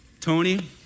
Tony